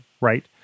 right